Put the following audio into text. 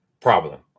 problem